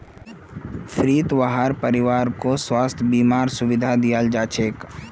फ्रीत वहार परिवारकों स्वास्थ बीमार सुविधा दियाल जाछेक